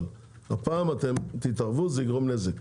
אם אתם תתערבו הפעם זה יגרום נזק.